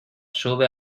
sube